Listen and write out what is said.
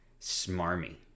smarmy